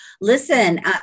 listen